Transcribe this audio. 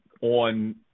on